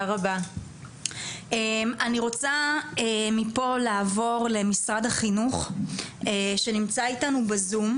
אני רוצה מפה לעבור למשרד החינוך שנמצא איתנו בזום,